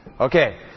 Okay